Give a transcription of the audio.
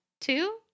Two